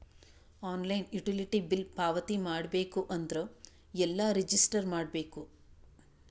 Online utility bill ಪಾವತಿ ಮಾಡಬೇಕು ಅಂದ್ರ ಎಲ್ಲ ರಜಿಸ್ಟರ್ ಮಾಡ್ಬೇಕು?